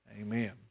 Amen